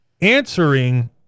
answering